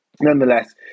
Nonetheless